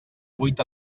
vuit